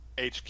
hq